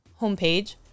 homepage